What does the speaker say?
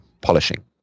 polishing